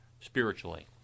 spiritually